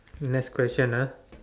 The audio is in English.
next question ah